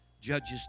Judges